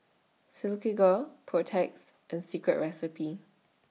Silkygirl Protex and Secret Recipe